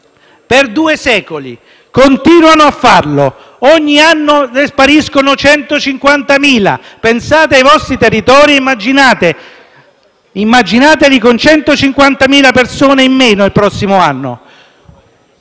per due secoli e continuano a farlo: ogni anno ne spariscono 150.000. Pensate ai vostri territori e immaginateli con 150.000 persone in meno il prossimo anno.